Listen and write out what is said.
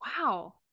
Wow